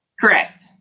Correct